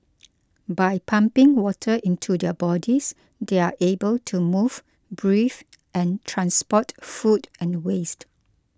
by pumping water into their bodies they are able to move breathe and transport food and waste